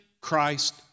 Christ